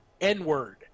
N-word